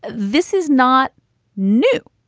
this is not new.